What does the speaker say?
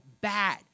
bad